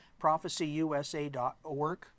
prophecyusa.org